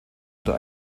unter